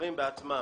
השרים בעצמם